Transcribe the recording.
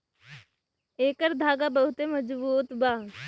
एकर धागा बहुते मजबूत बा